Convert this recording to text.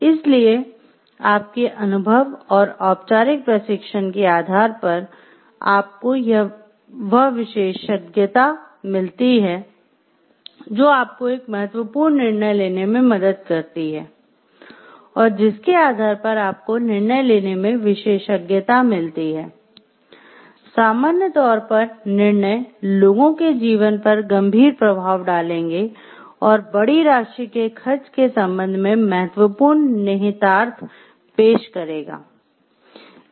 इसलिए आपके अनुभव और औपचारिक प्रशिक्षण के आधार पर आपको वह विशेषज्ञता मिलती है जो आपको एक महत्वपूर्ण निर्णय लेने में मदद करती है और जिसके आधार पर आपको निर्णय लेने मे विशेषज्ञता मिलती हैं सामान्य तौर पर निर्णय लोगों के जीवन पर गंभीर प्रभाव डालेंगे और बड़ी राशि के खर्च के संबंध मे महत्वपूर्ण निहितार्थ पेश करेगा